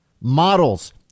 Models